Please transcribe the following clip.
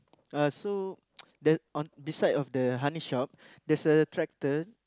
uh so there on beside of the honey shop there's a tractor